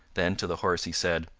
then to the horse he said,